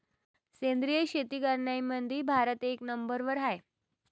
सेंद्रिय शेती करनाऱ्याईमंधी भारत एक नंबरवर हाय